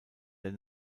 der